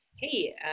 Hey